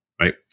right